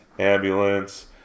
ambulance